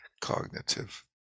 cognitive